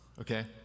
Okay